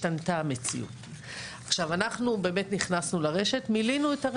שהוא משותף לכמה רשויות או עצמאי לרשות גדולה.